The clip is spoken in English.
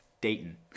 Dayton